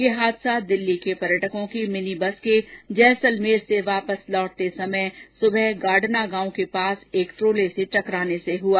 ये हादसा दिल्ली के पर्यटकों की मिनी बस के जैसलमेर से वापस लौटते समय सुबह गांडना गांव के पास एक ट्रोले से टकराने से हुआ